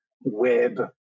web